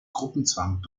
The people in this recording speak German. gruppenzwang